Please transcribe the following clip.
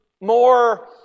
more